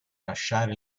lasciare